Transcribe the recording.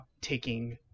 taking